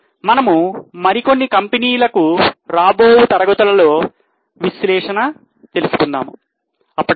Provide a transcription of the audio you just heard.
మనము మరి కొన్ని కంపెనీలకు రాబోవు తరగతులలో విశ్లేషణ తెలుసుకుందాం అప్పటివరకూ